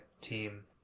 team